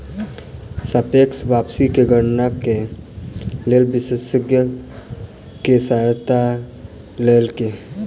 सापेक्ष वापसी के गणना के लेल विशेषज्ञ के सहायता लेल गेल